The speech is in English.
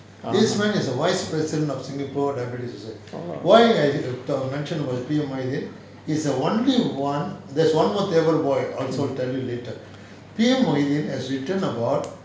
ah !huh! orh